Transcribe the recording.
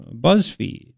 BuzzFeed